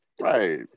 Right